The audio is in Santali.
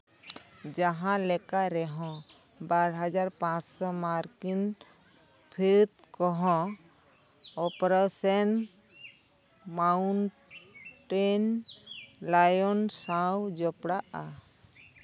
ᱡᱟᱦᱟᱸ ᱞᱮᱠᱟ ᱨᱮᱦᱚᱸ ᱵᱟᱨ ᱦᱟᱡᱟᱨ ᱯᱟᱸᱥᱥᱳ ᱢᱟᱨᱠᱤᱱ ᱯᱷᱟᱹᱫᱽ ᱠᱚᱦᱚᱸ ᱚᱯᱟᱨᱮᱥᱚᱱ ᱢᱟᱣᱩᱱᱴᱮᱱ ᱞᱟᱭᱚᱝ ᱥᱟᱶ ᱡᱚᱯᱲᱟᱜᱼᱟ